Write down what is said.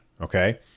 okay